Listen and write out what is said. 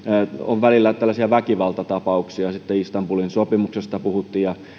on välillä tällaisia väkivaltatapauksia sitten istanbulin sopimuksesta puhuttiin